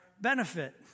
benefit